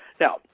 Now